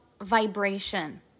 vibration